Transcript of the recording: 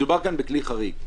מדובר כאן בכלי חריג.